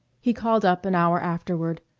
he called up an hour afterward,